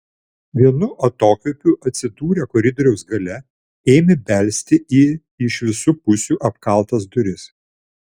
vienu atokvėpiu atsidūrę koridoriaus gale ėmė belsti į iš visų pusių apkaltas duris